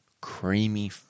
creamy